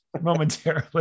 momentarily